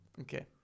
Okay